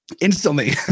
instantly